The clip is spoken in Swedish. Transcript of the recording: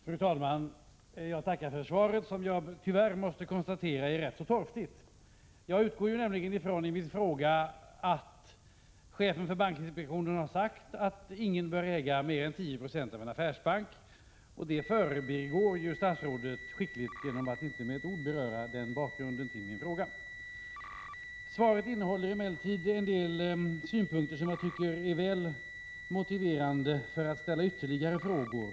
Fru talman! Jag tackar för svaret, som — det måste jag tyvärr konstatera — är ganska torftigt. Jag utgick i min fråga nämligen från det faktum att chefen för bankinspektionen har sagt att ingen bör äga mer än 10 96 av en affärsbank, och det förbigår statsrådet skickligt genom att inte med ett ord beröra den bakgrunden till frågan. Svaret innehåller emellertid en del synpunkter som jag tycker väl motiverar ytterligare frågor.